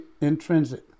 intrinsic